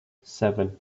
seven